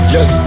Yes